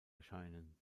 erscheinen